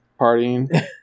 Partying